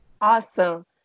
Awesome